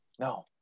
No